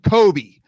Kobe